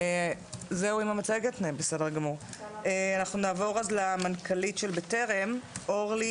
אנחנו נעבור למנכ"לית של בטרם, אורלי